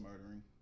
murdering